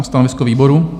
Stanovisko výboru?